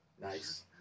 nice